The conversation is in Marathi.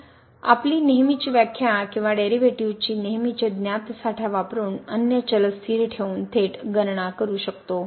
तर आपली नेहमीची व्याख्या किंवा डेरिव्हेटिव्हज चे नेहमीचे ज्ञात साठा वापरुन अन्य चल स्थिर ठेवून थेट गणना करू शकतो